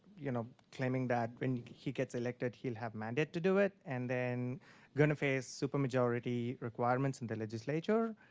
you know, claiming that when he gets elected, he'll have a mandate to do it. and then going to face supermajority requirements in the legislature.